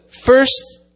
first